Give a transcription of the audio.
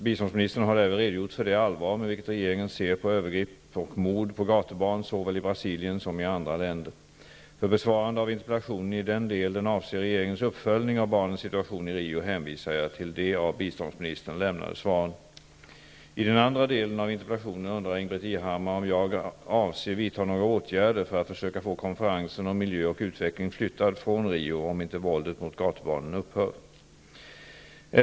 Biståndsministern har därvid redogjort för det allvar med vilket regeringen ser på övergrepp och mord på gatubarn såväl i Brasilien som i andra länder. För besvarande av interpellationen i den del den avser regeringens uppföljning av barnens situation i Rio hänvisar jag till de av biståndsministern lämnade svaren. Ingbritt Irhammar om jag avser vidta några åtgärder för att försöka få konferensen om miljö och utveckling flyttad från Rio, om inte våldet mot gatubarnen upphör.